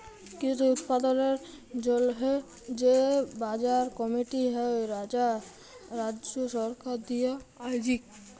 কৃষি উৎপাদলের জন্হে যে বাজার কমিটি হ্যয় রাজ্য সরকার দিয়া আয়জিত